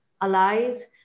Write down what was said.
allies